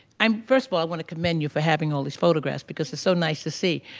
i'm, first of all i want to commend you for having all these photographs, because it's so nice to see.